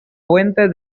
fuente